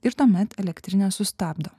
ir tuomet elektrinę sustabdo